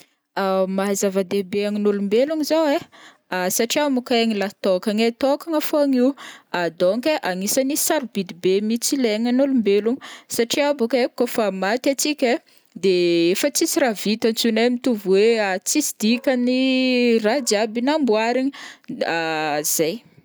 Mahazava-dehibe aignin'ôlombelognO zao ai, satria mônko aigny lahitokagna ai, tokagna fogna io donc ai agnisany sarobidy be mihitsy aignin'ôlombelogno satria baoka ai kaof maty atsika ai de efa tsisy raha vita intsony ai, mitovy hoe tsisy dikany raha jiaby namboarigny, zay.